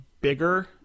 bigger